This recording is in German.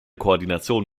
koordination